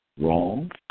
wrong